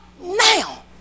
now